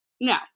No